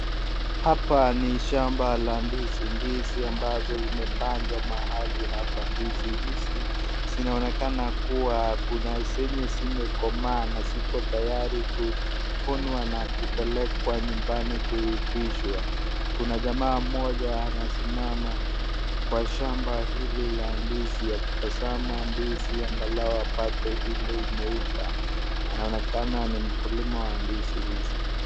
Hapa ni shamba la ndizi. Ndizi ambazo zimepandwa mahali hapa. Ndizi hizi zinaonekana kuwa kuna zenye zimekomaa na ziko tayari kuvunwa na kupelekwa nyumbani kuivishwa. Kuna jamaa mmoja anasimama kwa shamba hili la ndizi akitazama ndizi angalau apate ile imeiva. Anaonekana ni mkulima wa ndizi hizi.